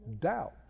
Doubt